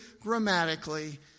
grammatically